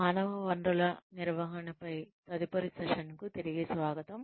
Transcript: మానవ వనరుల నిర్వహణపై తదుపరి సెషన్కు తిరిగి స్వాగతం